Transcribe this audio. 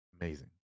Amazing